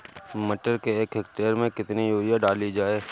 मटर के एक हेक्टेयर में कितनी यूरिया डाली जाए?